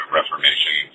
Reformation